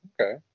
Okay